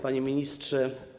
Panie Ministrze!